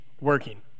working